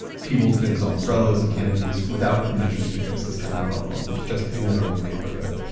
people could install umbrellas and canopies without permission to fix this kind of problem just in their own neighborhood.